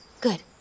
good